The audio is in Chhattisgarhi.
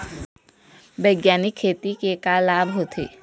बैग्यानिक खेती के का लाभ होथे?